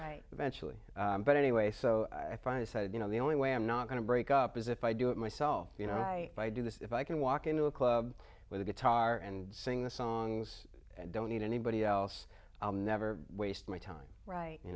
right eventually but anyway so i finally said you know the only way i'm not going to break up is if i do it myself you know i do this if i can walk into a club with a guitar and sing the songs i don't need anybody else i'll never waste my time right you